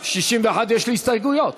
61, יש לי הסתייגויות.